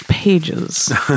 Pages